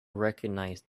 recognize